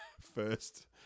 first